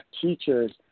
teachers